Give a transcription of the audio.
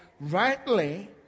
rightly